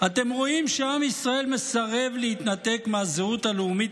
אתם רואים שעם ישראל מסרב להתנתק מהזהות הלאומית,